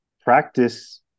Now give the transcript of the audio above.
practice